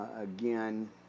again